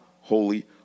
holy